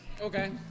Okay